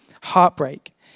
heartbreak